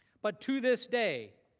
but to this day,